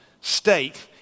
state